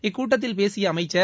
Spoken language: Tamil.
இக்கூட்டத்தில் பேசிய அமைச்சர்